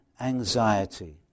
anxiety